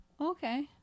Okay